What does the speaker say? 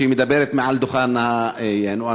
כשהיא מדברת מעל דוכן הנואמים.